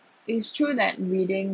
it's true that reading